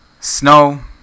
Snow